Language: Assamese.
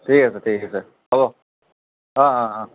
ঠিক আছে ঠিক আছে হ'ব অঁ অঁ অঁ